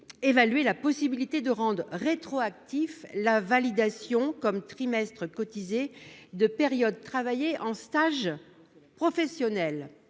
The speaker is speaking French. ? -sur la possibilité de rendre rétroactive la validation comme trimestres cotisés de périodes travaillées en stage de formation